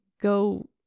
go